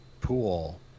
pool